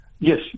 Yes